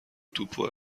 توپو